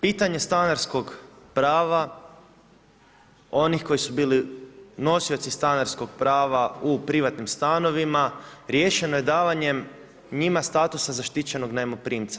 Pitanje stanarskog prava onih koji su bili nosioci stanarskog prava u privatnim stanovima riješeno je davanjem njima statusa zaštićenog najmoprimca.